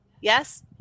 Yes